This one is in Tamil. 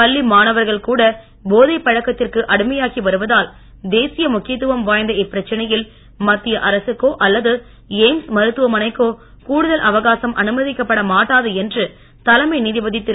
பள்ளி மாணவர்கள் கூட போதை பழக்கத்திற்கு அடிமையாகி வருவதால் தேசிய முக்கியத்துவம் வாய்ந்த இப்பிரச்சனையில் மத்திய அரகக்கோ அல்லது எய்ம்ஸ் மருத்துவமனைக்கோ கூடுதல் அவகாசம் அனுமதிக்கப்பட மாட்டாது என்று தலைமை நீதிபதி திரு